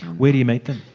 where do you meet them?